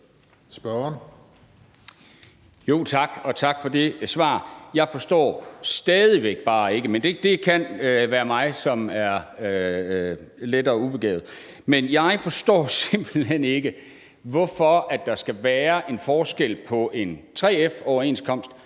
Hansen (KF): Tak for det svar. Jeg forstår stadig bare ikke – men det kan være mig, som er lettere ubegavet – hvorfor der skal være en forskel på en 3F-overenskomst,